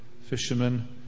fishermen